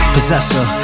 Possessor